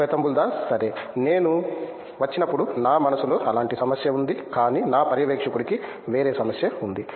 శేతంబుల్ దాస్ సరే నేను వచ్చినప్పుడు నా మనస్సులో అలాంటి సమస్య ఉంది కాని నా పర్యవేక్షకుడికి వేరే సమస్య ఉంది